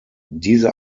diese